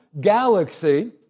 galaxy